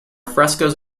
frescoes